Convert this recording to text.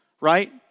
right